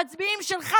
המצביעים שלך,